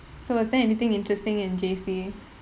so was there anything interesting in J_C